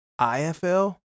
IFL